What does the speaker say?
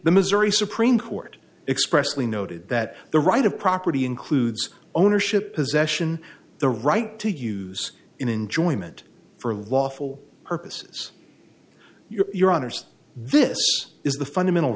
the missouri supreme court expressly noted that the right of property includes ownership possession the right to use in enjoyment for lawful purposes you're your honour's this is the fundamental